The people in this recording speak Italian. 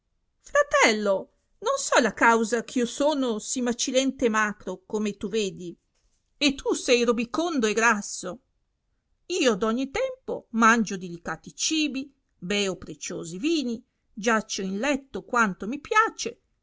fratello non so la causa ch'io sono sì macilente e macro come tu vedi e tu sei robicondo e grasso io d'ogni tempo mangio dilicati cibi beo preciosi vini giaccio in ietto quanto mi piace